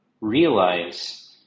Realize